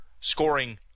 scoring